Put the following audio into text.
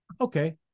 okay